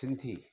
Sindhi